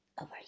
over